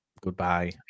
Goodbye